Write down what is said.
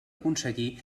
aconseguir